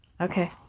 okay